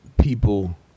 people